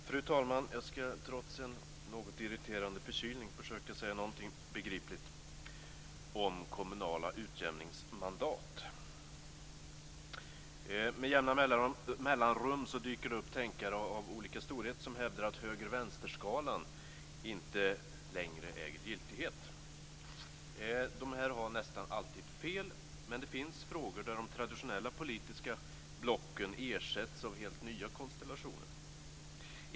Fru talman! Jag skall trots en något irriterande förkylning försöka säga någonting begripligt om kommunala utjämningsmandat. Med jämna mellanrum dyker det upp tänkare av olika storheter som hävdar att höger-vänster-skalan inte längre äger giltighet. De har nästan alltid fel, men det finns frågor där de traditionella politiska blocken ersätts av helt nya konstellationer.